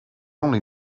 only